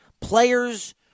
Players